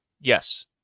Yes